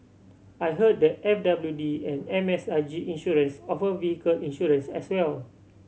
I heard that F W D and M S I G Insurance offer vehicle insurance as well